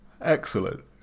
Excellent